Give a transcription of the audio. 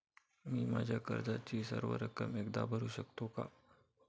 मी माझ्या कर्जाची सर्व रक्कम एकदा भरू शकतो का?